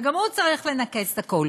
וגם הוא צריך לנקז את הכול.